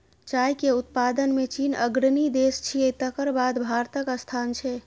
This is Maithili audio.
चाय के उत्पादन मे चीन अग्रणी देश छियै, तकर बाद भारतक स्थान छै